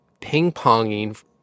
ping-ponging